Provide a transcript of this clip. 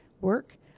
work